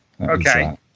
Okay